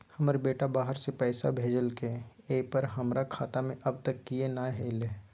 हमर बेटा बाहर से पैसा भेजलक एय पर हमरा खाता में अब तक किये नाय ऐल है?